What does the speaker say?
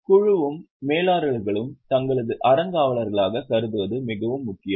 குழுவும் மேலாளர்களும் தங்களை அறங்காவலர்களாக கருதுவது மிகவும் முக்கியம்